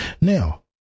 Now